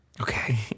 Okay